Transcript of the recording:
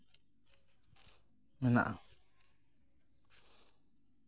ᱢᱮᱱᱟᱜᱼᱟ